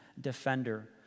defender